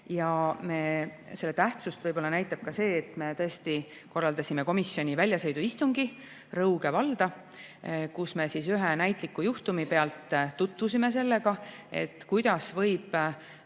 Selle tähtsust võib-olla näitab ka see, et me tõesti korraldasime komisjoni väljasõiduistungi Rõuge valda, kus me ühe näitliku juhtumi põhjal tutvusime sellega, kuidas võib